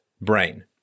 brain